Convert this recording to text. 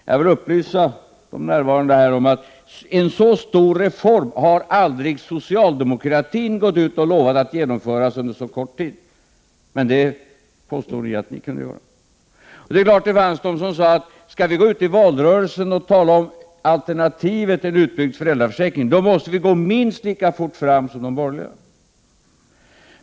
Jag vill upplysa de närvarande om att socialdemokratin aldrig har lovat en så stor reform under så kort tid. Ni påstår att ni kunde genomföra den. Det fanns naturligtvis de som sade att om vi socialdemokrater skulle gå ut i valrörelsen och tala om alternativ till utbyggd föräldraförsäkring, då måste vi gå minst lika fort fram som de borgerliga partierna.